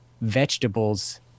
vegetables